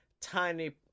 tiny